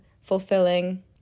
fulfilling